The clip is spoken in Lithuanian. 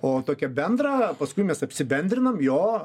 o tokią bendrą paskui mes apsibendrinam jo